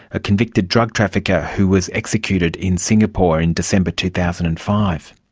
a convicted drug trafficker who was executed in singapore in december two thousand and five.